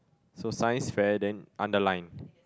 so science fair then underline